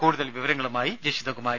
കൂടുതൽ വിവരങ്ങളുമായി ജഷിതകുമാരി